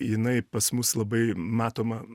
jinai pas mus labai matoma